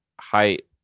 height